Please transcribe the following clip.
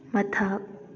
ꯃꯊꯛ